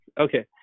Okay